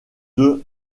deux